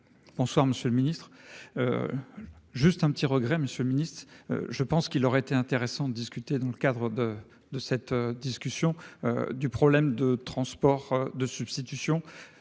Bonsoir Monsieur le Ministre. Juste un petit regret Monsieur le Ministre. Je pense qu'il aurait été intéressant de discuter dans le cadre de de cette discussion. Du problème de transport de substitution